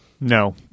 No